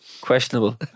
Questionable